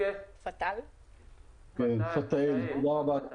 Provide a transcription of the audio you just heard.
תודה רבה.